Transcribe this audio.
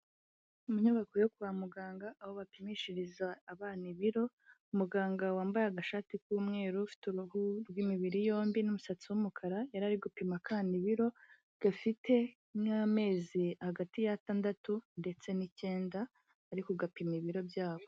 Munyubako yo kwa muganga aho bapimishiriza abana ibiro, muganga wambaye agashati k'umweru ufite rw'imibiri yombi n'umusatsi w'umukara yari ari gupima a kandi ibiro gafite rimwe nk'amezi hagati y'atandatu ndetse n'icyenda ari kugapima ibiro byako.